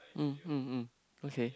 um um um okay